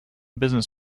business